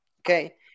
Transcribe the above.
okay